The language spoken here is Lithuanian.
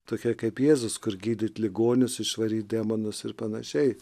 tokia kaip jėzus kur gydyt ligonius išvaryt demonus ir panašiai